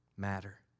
matter